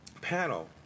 panel